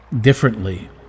differently